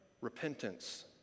repentance